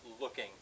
looking